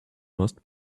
must